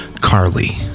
Carly